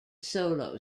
solo